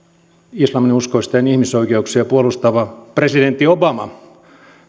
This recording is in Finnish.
islaminuskoisten ihmisoikeuksia puolustava presidentti obama